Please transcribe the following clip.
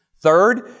Third